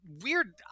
weird